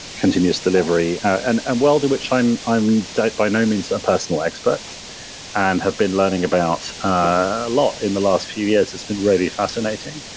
continuous delivery. and and well do which i'm i'm by no means a personal expert and have been learning about a lot in the last few years. it's been really fascinating.